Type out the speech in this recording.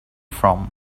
from